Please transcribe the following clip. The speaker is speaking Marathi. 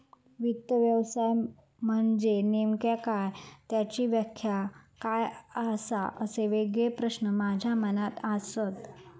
वित्त व्यवसाय म्हनजे नेमका काय? त्याची व्याख्या काय आसा? असे सगळे प्रश्न माझ्या मनात आसत